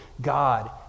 God